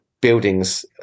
buildings